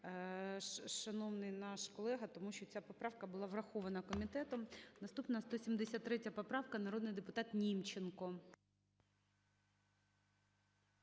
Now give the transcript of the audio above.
Дякую.